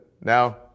Now